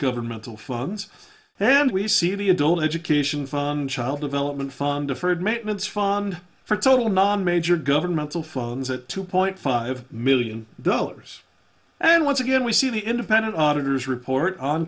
governmental funds and we see the adult education fund child development fund deferred maintenance fund for total non major governmental phones at two point five million dollars and once again we see the independent auditors report on